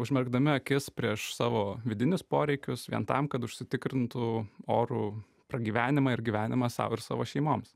užmerkdami akis prieš savo vidinius poreikius vien tam kad užsitikrintų orų pragyvenimą ir gyvenimą sau ir savo šeimoms